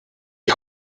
die